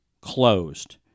closed